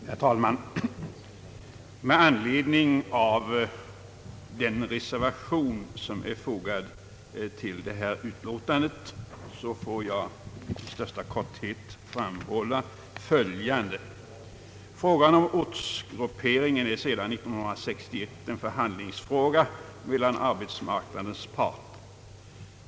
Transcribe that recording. Herr talman! Med anledning av den reservation som är fogad till detta utlåtande får jag i största korthet framhålla följande. Frågan om ortsgrupperingen är sedan 1961 en förhandlingsfråga mellan arbetsmarknadens parter.